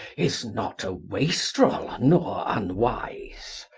is not a wastrel nor unwise.